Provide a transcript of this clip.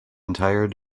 entire